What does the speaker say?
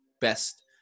best